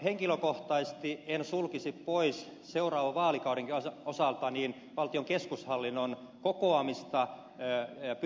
henkilökohtaisesti en sulkisi pois seuraavan vaalikaudenkin osalta valtion keskushallinnon kokoamista byrokratian vähentämistä